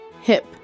Hip